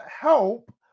help